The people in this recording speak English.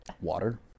Water